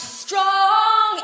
strong